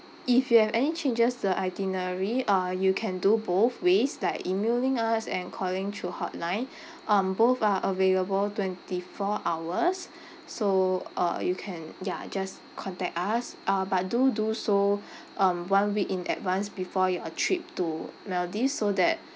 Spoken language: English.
if you have any changes to the itinerary uh you can do both ways like emailing us and calling through hotline um both are available twenty four hours so uh you can ya just contact us uh but do do so um one week in advance before your trip to maldives so that